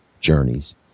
journeys